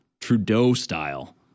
Trudeau-style